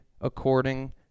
according